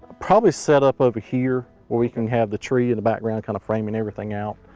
probably set up over here where we can have the tree in the background kind of framing everything out.